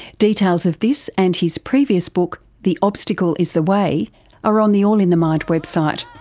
details of this and his previous book, the obstacle is the way are on the all in the mind website.